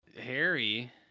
Harry